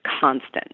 constant